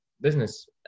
business